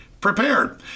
prepared